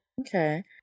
Okay